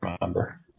remember